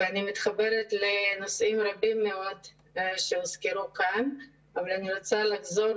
אני מתחברת לנושאים רבים מאוד שהוזכרו כאן אבל אני רוצה לחזור